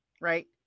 right